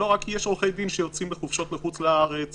יש עורכי דין שיוצאים לחופשות לחוץ לארץ